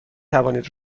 توانید